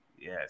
Yes